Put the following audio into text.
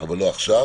אבל לא עכשיו.